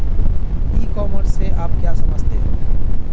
ई commerce से आप क्या समझते हो?